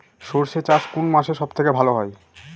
সর্ষে চাষ কোন মাসে সব থেকে ভালো হয়?